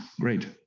great